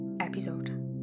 episode